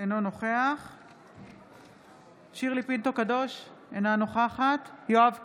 אינו נוכח שירלי פינטו קדוש, אינה נוכחת יואב קיש,